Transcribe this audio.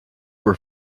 were